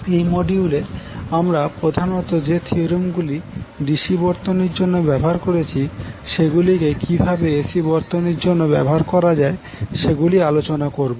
এই মডিউলে আমরা প্রধানত যে থিওরেম গুলি ডিসি বর্তনীর জন্য ব্যবহার করেছি সেগুলি কে কিভাবে এসি বর্তনীর জন্য ব্যবহার করা যায় সেগুলি আলোচনা করবো